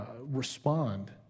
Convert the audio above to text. respond